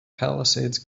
palisades